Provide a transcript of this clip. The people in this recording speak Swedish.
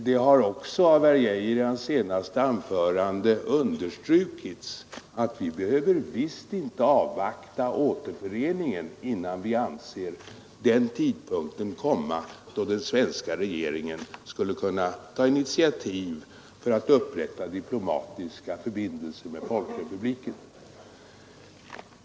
Det har också understrukits av herr Arne Geijer i hans senaste anförande att vi visst inte behöver avvakta återföreningen innan vi anser att den tidpunkt kommit, då svenska regeringen skulle kunna ta initiativ för att upprätta diplomatiska förbindelser med folkrepubliken.